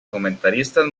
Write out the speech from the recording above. comentaristas